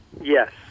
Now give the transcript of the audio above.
Yes